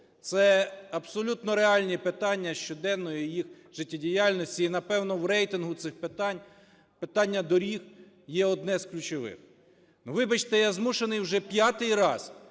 Це абсолютно реальні питання щоденної їх життєдіяльності. І, напевно, в рейтингу цих питань, питання доріг є одне з ключових. Вибачте, я змушений вже п'ятий раз